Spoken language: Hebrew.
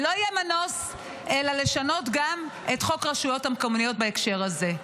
לא יהיה מנוס אלא לשנות גם את חוק הרשויות המקומיות בהקשר הזה.